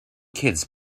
kids